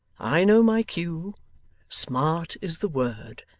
i know my cue smart is the word.